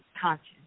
conscience